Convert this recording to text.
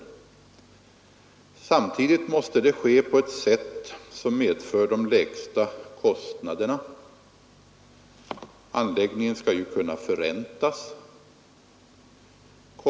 Samtidigt måste det ske på ett sätt som medför de lägsta kostnaderna. Anläggningen skall kunna förräntas.